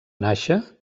nàixer